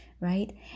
right